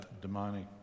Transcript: demonic